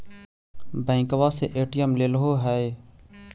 बैंकवा से ए.टी.एम लेलहो है?